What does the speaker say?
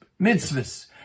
mitzvahs